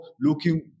looking